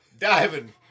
diving